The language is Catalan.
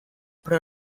però